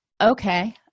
okay